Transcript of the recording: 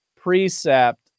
precept